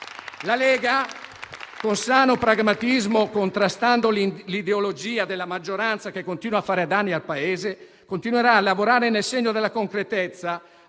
La Lega, con sano pragmatismo e contrastando l'ideologia della maggioranza, che continua a fare danni al Paese, continuerà a lavorare nel segno della concretezza,